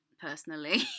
personally